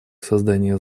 создания